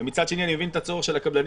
ומצד שני אני מבין את הצורך של הקבלנים,